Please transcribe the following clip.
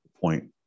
point